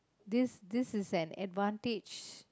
this this is an advantage